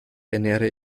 ernähre